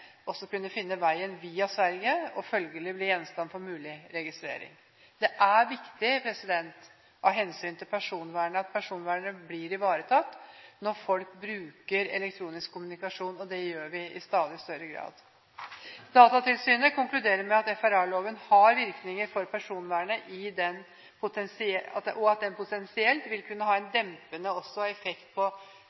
også elektronisk kommunikasjon mellom borgere i Norge kunne finne veien via Sverige og følgelig bli gjenstand for mulig registrering. Det er viktig av hensyn til personvernet at personvernet blir ivaretatt når folk bruker elektronisk kommunikasjon, og det gjør vi i stadig større grad. Datatilsynet konkluderer med at FRA-loven har virkninger for personvernet, og at den potensielt vil kunne ha en dempende effekt også på